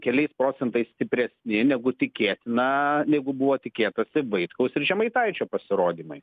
keliais procentais stipresni negu tikėtina jeigu buvo tikėtasi vaitkaus ir žemaitaičio pasirodymai